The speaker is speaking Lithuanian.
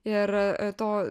ir to